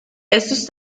esos